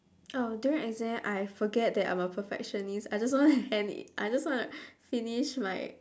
oh during exam I forget that I'm a perfectionist I just want to hand it I just want to finish my